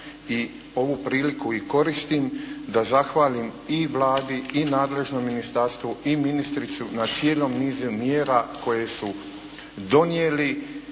i ovu priliku i koristim da zahvalim i Vladi i nadležnom Ministarstvu i ministrici na cijelom nizu mjera koje su donijeli